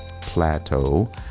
plateau